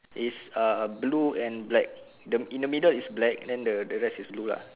is uh blue and black the in the middle is black then the the rest is blue uh